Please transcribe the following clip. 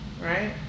Right